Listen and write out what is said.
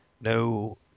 no